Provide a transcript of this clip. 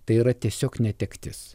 tai yra tiesiog netektis